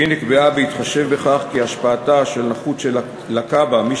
והיא נקבעה בהתחשב בכך שהשפעתה של נכות שלקה בה מי